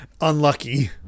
unlucky